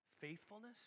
faithfulness